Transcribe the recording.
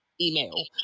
email